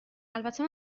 البته